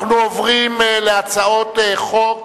אנחנו עוברים להצעות חוק.